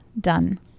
done